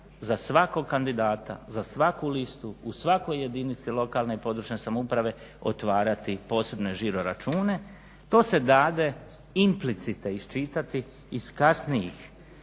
za svakog kandidata za svaku listu u svakoj jedinici lokalne i područne samouprave otvarati posebne žiroračune. To se date implicite iščitati iz kasnijih